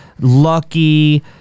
lucky